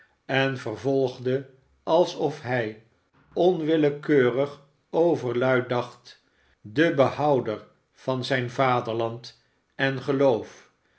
en vervolgde alsof hij onwillekeurig overluid dacht de behouder van zijn vaderland en geloof